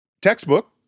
Textbook